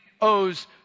owes